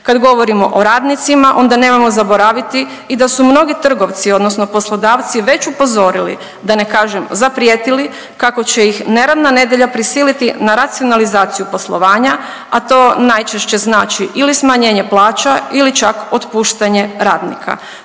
Kad govorimo o radnicima onda nemojmo zaboraviti i da su mnogi trgovci, odnosno poslodavci već upozorili, da ne kažem zaprijetili kako će ih neradna nedjelja prisiliti na racionalizaciju poslovanja, a to najčešće znači ili smanjenje plaća ili čak otpuštanje radnika